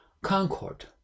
concord